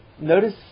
notice